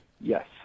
yes